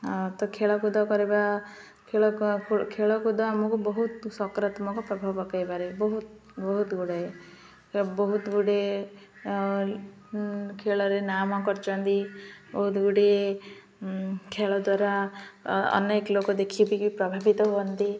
ତ ଖେଳକୁଦ କରିବା ଖେଳକୁଦ ଆମକୁ ବହୁତ ସକରାତ୍ମକ ପ୍ରଭାବ ପକାଇପାରେ ବହୁତ ବହୁତ ଗୁଡ଼ାଏ ବହୁତ ଗୁଡ଼ିଏ ଖେଳରେ ନାମ କରିଛନ୍ତି ବହୁତ ଗୁଡ଼ିଏ ଖେଳ ଦ୍ୱାରା ଅନେକ ଲୋକ ଦେଖିକି ପ୍ରଭାବିତ ହୁଅନ୍ତି